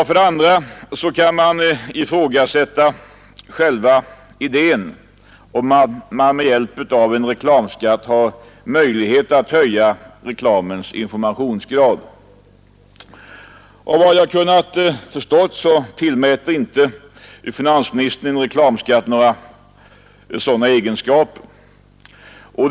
För det andra vill jag ifrågasätta själva idén om att man med hjälp av en reklamskatt har möjlighet att höja reklamens informationsgrad. Av vad jag förstått tillmäter inte finansministern en reklamskatt några sådana egenskaper.